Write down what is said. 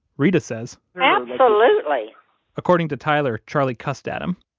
reta says absolutely according to tyler, charlie cussed at him.